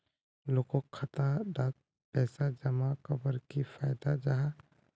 लोगोक खाता डात पैसा जमा कवर की फायदा जाहा?